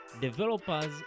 developers